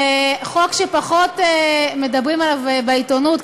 על חוק שפחות מדברים עליו בעיתונות,